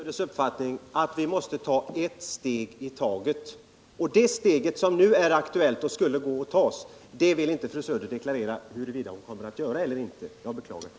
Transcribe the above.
Herr talman! Jag delar fru Söders uppfattning att vi måste ta ett steg i taget. Fru Söder vill inte deklarera huruvida hon vill ta det steg som nu är aktuellt eller inte. Jag beklagar det.